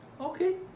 Okay